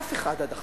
אף אחד עד עכשיו,